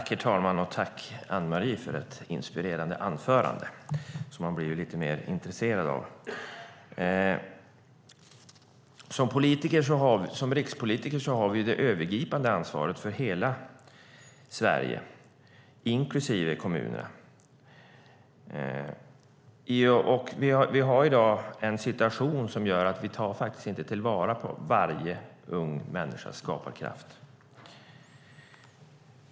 Herr talman! Tack, Anne Marie, för ett inspirerande anförande! Som rikspolitiker har vi det övergripande ansvaret för hela Sverige inklusive kommunerna. Vi har i dag en situation som gör att vi faktiskt inte tar vara på varje ung människas skaparkraft.